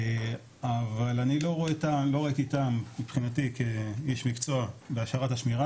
אבל אני לא ראיתי טעם מבחינתי כאיש מקצוע בהשארת השמירה